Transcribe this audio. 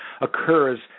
occurs